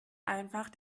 einfach